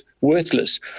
worthless